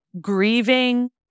grieving